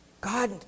God